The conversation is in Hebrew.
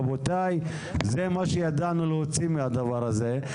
רבותיי, זה מה שידענו להוציא מהדבר הזה.